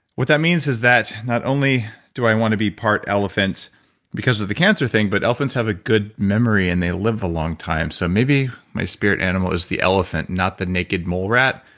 what that means is that not only do i want to be part elephant because of the cancer thing, but elephants have a good memory and they live a long time, so maybe my spirit animal is the elephant, not the naked mole rat.